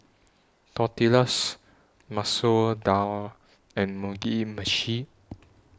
Tortillas Masoor Dal and Mugi Meshi